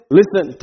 listen